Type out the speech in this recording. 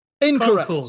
Incorrect